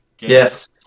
Yes